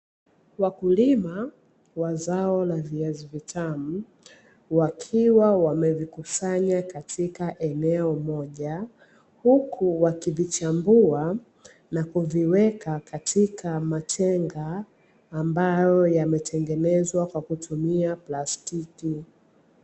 Wakulima wa zao la viazi vitamu, wakiwa wamevikusanya katika eneo moja, huku wakivichambua na kuviweka katika matenga ambayo yametengenezwa kwa kutumia plastiki.